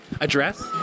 address